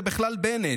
זה בכלל בנט,